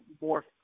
more